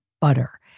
butter